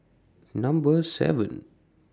Number seven